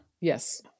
Yes